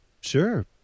sure